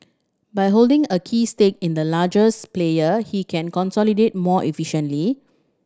by holding a key stake in the largest player he can consolidate more efficiently